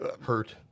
hurt